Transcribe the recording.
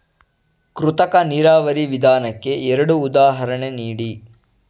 ಕೃತಕ ನೀರಾವರಿ ವಿಧಾನಕ್ಕೆ ಎರಡು ಉದಾಹರಣೆ ನೀಡಿ?